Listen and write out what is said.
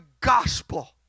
gospel